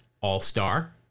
all-star